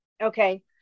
Okay